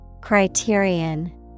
Criterion